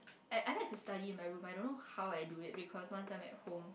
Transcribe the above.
I I like to study in my room I don't know how I do it because once I'm at home